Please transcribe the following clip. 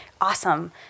Awesome